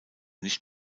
nicht